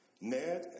Ned